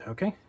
Okay